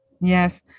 Yes